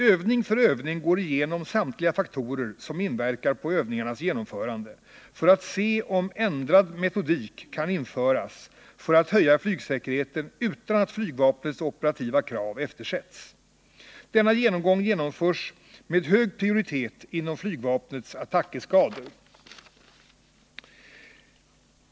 Övning för övning går man igenom samtliga faktorer som inverkar på övningarnas genomförande för att se om ändrad metodik kan införas för att höja flygsäkerheten utan att flygvapnets operativa krav eftersätts. Denna genomgång genomförs med hög prioritet inom flygvapnets attackeskader.